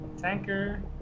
tanker